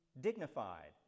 dignified